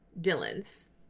Dylan's